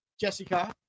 Jessica